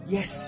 Yes